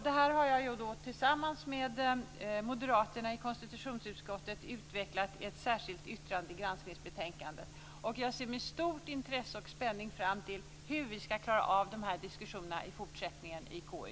Detta har jag tillsammans med moderaterna i konstitutionsutskottet utvecklat i ett särskilt yttrande till granskningsbetänkandet. Jag ser med stort intresse och spänning fram mot hur vi skall klara av dessa diskussioner i fortsättningen i KU.